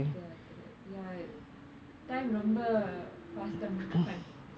then after that ya time ரொம்ப:romba fast move பண்றது:pandrathu